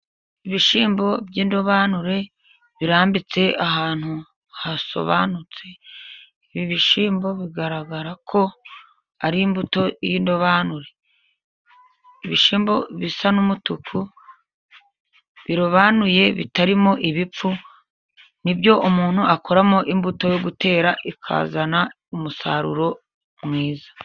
Ibishyimbo by'indobanure birambitse ahantu hasobanutse. Ibi bishyimbo bigaragara ko ari imbuto y'indobanure. Ibishyimbo bisa n'umutuku birobanuye bitarimo ibipfu ni byo umuntu akoramo imbuto yo gutera ikazana umusaruro mwiza.